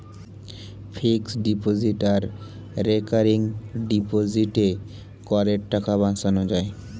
fixed deposit আর recurring ডিপোজিটে করের টাকা বাঁচানো যায়